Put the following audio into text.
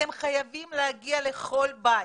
אתם חייבים להגיע לכל בית.